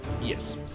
Yes